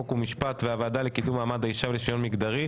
חוק ומשפט והוועדה לקידום מעמד האישה ושוויון מגדרי,